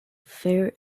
fair